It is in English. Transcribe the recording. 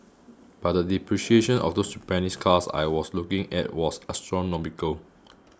but the depreciation of those Japanese cars I was looking at was astronomical